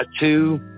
two